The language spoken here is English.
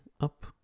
up